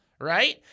Right